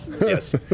yes